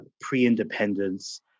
pre-independence